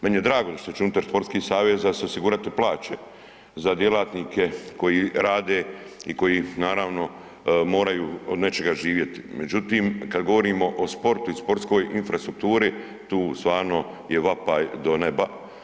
Meni je drago da će se unutar sportskih saveza se osigurati plaće za djelatnike koji rade i koji naravno, moraju od nečega živjeti, međutim, kad govorimo o sportu i sportskoj infrastrukturi, tu stvarno je vapaj do neba.